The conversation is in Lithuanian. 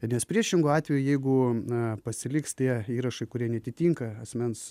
nes priešingu atveju jeigu a pasiliks tie įrašai kurie neatitinka asmens